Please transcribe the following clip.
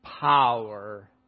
power